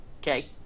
Okay